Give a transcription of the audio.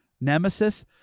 Nemesis